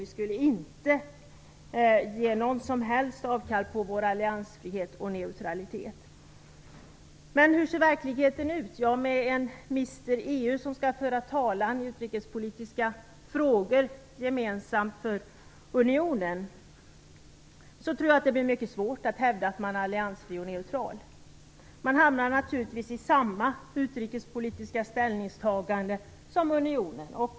Vi skulle inte ge något som helst avkall på vår alliansfrihet och neutralitet. Men hur ser då verkligheten ut? Ja, med en Mr EU som skall föra talan i utrikespolitiska frågor gemensamt för unionen, tror jag att det blir mycket svårt att hävda att man är alliansfri och neutral. Man hamnar naturligtvis i samma utrikespolitiska ställningstaganden som unionen gör.